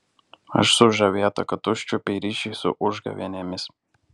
aš sužavėta kad užčiuopei ryšį su užgavėnėmis